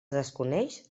desconeix